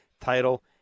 title